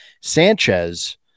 sanchez